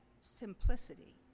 simplicity